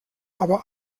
aber